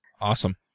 Awesome